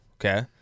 Okay